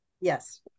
yes